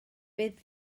bydd